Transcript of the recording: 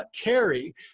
carry